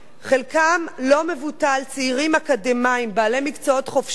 חלקם הלא-מבוטל הם צעירים אקדמאים בעלי מקצועות חופשיים